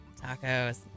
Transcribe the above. Tacos